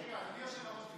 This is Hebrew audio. אדוני היושב-ראש,